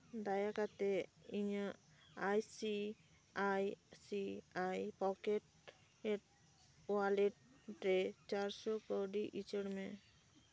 ᱫᱟᱭᱟ ᱠᱟᱛᱮᱫ ᱤᱧᱟᱹᱜ ICICI pocket wallet ᱨᱮᱴ ᱪᱟᱨᱥᱚ ᱠᱟᱹᱣᱰᱤ ᱩᱪᱟᱹᱲᱢᱮ